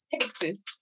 texas